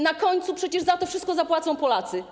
Na końcu przecież za to wszystko zapłacą Polacy.